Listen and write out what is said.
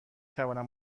توانم